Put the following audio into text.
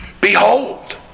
behold